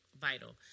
Vital